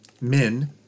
Min